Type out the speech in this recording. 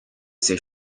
ses